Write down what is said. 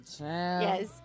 Yes